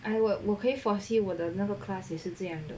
I will 我可以 foresee 我的那个 class 也是这样的